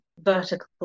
vertical